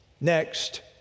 Next